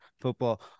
football